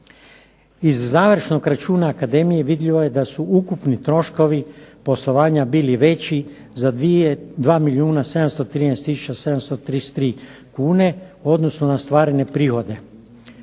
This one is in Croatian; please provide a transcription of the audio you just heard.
Iz završnog računa akademije vidljivo je da su ukupni troškovi poslovanja bili veći za 2 milijuna 713 tisuća 733 kune, u odnosu na stvarne prihode.